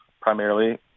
primarily